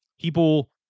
people